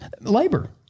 Labor